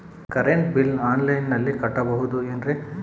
Current bill ಆನ್ಲೈನಿನಲ್ಲಿ ಕಟ್ಟಬಹುದು ಏನ್ರಿ?